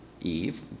Eve